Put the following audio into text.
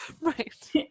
Right